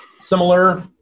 similar